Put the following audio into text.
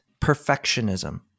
perfectionism